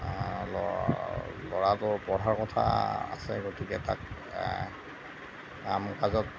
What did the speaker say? ল'ৰা ল'ৰাটোৰ পঢ়াৰ কথা আছে গতিকে তাক কাম কাজত